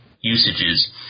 usages